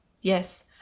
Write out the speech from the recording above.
Yes